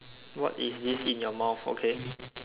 what is this in your mouth okay